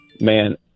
man